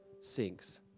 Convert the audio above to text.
sinks